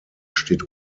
steht